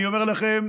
אני אומר לכם,